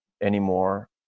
anymore